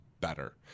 better